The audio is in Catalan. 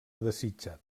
desitjat